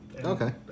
Okay